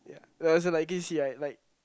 yeah no as in like you can see right like